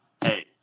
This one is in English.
hey